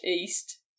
east